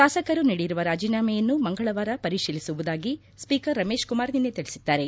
ಶಾಸಕರು ನೀಡಿರುವ ರಾಜೀನಾಮೆಯನ್ನು ಮಂಗಳವಾರ ಪರಿಶೀಲಿಸುವುದಾಗಿ ಸ್ವೀಕರ್ ರಮೇಶ್ ಕುಮಾರ್ ನಿನ್ನೆ ತಿಳಿಸಿದ್ದಾರೆ